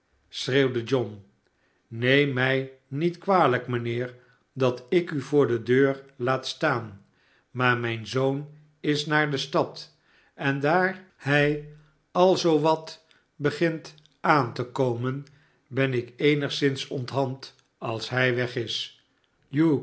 schreeuwde john neem het mij niet kwalijk mijnheer dat ik u voor de deur laat staan maar mijn zoon is naar de stad en daar hij al zoo wat begint aan te komen ben ik eenigszins onthand als hij weg is